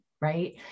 Right